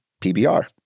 PBR